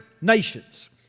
nations